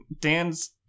Dan's